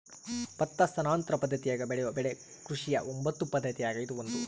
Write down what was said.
ಭತ್ತ ಸ್ಥಾನಾಂತರ ಪದ್ದತಿಯಾಗ ಬೆಳೆಯೋ ಬೆಳೆ ಕೃಷಿಯ ಒಂಬತ್ತು ಪದ್ದತಿಯಾಗ ಇದು ಒಂದು